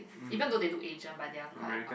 even though they look Asian but they are quite